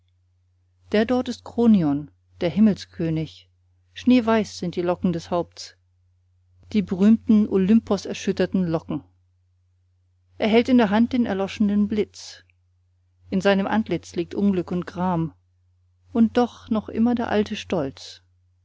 der dort ist kronion der himmelskönig schneeweiß sind die locken des haupts die berühmten olymposerschütternden locken er hält in der hand den erloschenen blitz in seinem antlitz liegt unglück und gram und doch noch immer der alte stolz